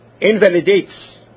invalidates